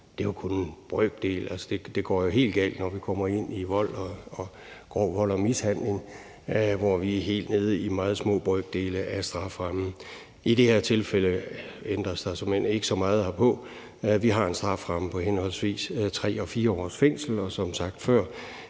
er jo kun en brøkdel af den. Altså, det går jo helt galt, når det er vold, grov vold og mishandling, hvor vi er helt nede i meget små brøkdele af strafferammen. I det her tilfælde ændres der såmænd ikke så meget herpå. Vi har en strafferamme på 3 og 4 års fængsel, og som sagt før